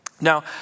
Now